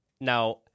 Now